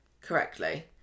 correctly